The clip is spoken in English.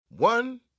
One